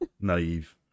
naive